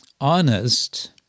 honest